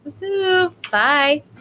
Bye